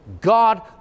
God